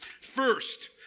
First